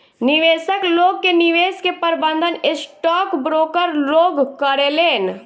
निवेशक लोग के निवेश के प्रबंधन स्टॉक ब्रोकर लोग करेलेन